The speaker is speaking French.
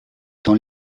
dans